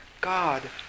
God